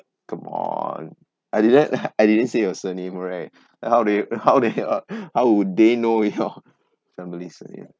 come on I didn't I didn't say your surname right uh how they how they uh how would they know your families ya